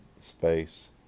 space